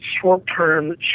short-term